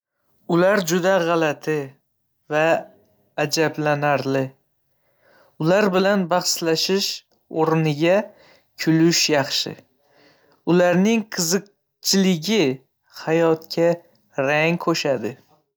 Ular juda g'alati va ajablanarli. Ular bilan bahslashish o'rniga, kulish yaxshi. Ularning qiziqchiligi hayotga rang qo'shadi.